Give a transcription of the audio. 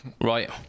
Right